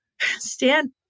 stand